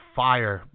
fire